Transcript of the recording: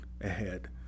ahead